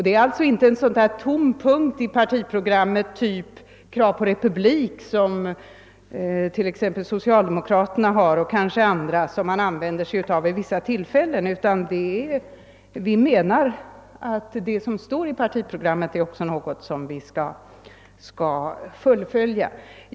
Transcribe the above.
Det är alltså inte en sådan där tom punkt i partiprogrammet av typen »krav på republik», som t.ex. socialdemokraterna har och kanske andra och som man använder sig av vid vissa tillfällen, utan vi menar att det som står i partiprogrammet också är något som vi skall fullfölja.